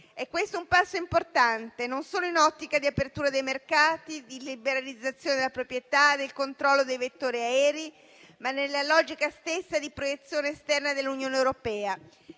Questo è un passo importante non solo in un'ottica di apertura dei mercati, di liberalizzazione della proprietà e di controllo dei vettori aerei, ma nella logica stessa di proiezione esterna dell'Unione europea,